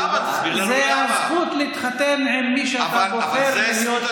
זו הזכות להתחתן עם מי שאתה בוחר להיות.